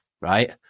right